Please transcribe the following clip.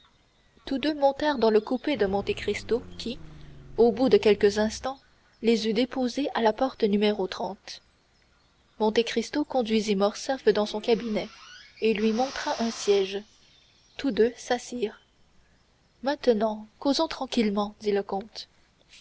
tous deux montèrent dans le coupé de monte cristo qui au bout de quelques instants les eut déposés à la porte au mont cristaux conduisit morcerf dans son cabinet et lui montra un siège tous deux s'assirent maintenant causons tranquillement dit le comte